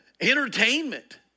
entertainment